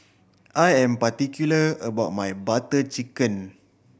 I am particular about my Butter Chicken